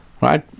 right